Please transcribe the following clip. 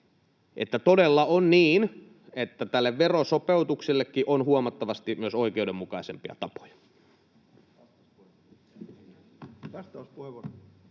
Todella on niin, että tälle verosopeutuksellekin on myös huomattavasti oikeudenmukaisempia tapoja.